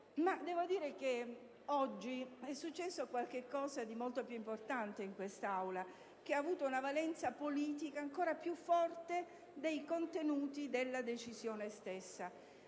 però è accaduto qualcosa di molto più importante in quest'Aula, che ha avuto una valenza politica ancora più forte dei contenuti della Decisione stessa.